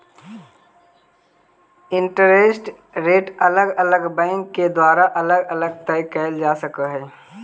interest rate अलग अलग bank के द्वारा अलग अलग तय कईल जा सकऽ हई